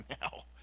now